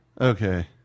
Okay